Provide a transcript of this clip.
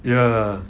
ya